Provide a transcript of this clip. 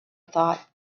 thought